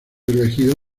elegido